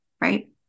Right